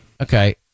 Okay